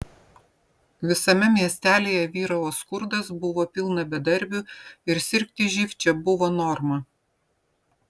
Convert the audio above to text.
visame miestelyje vyravo skurdas buvo pilna bedarbių ir sirgti živ čia buvo norma